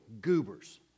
goobers